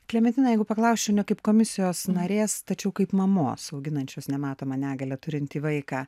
klementina jeigu paklausčiau ne kaip komisijos narės tačiau kaip mamos auginančios nematomą negalią turintį vaiką